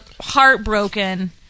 heartbroken